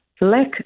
lack